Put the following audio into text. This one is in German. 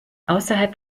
ausserhalb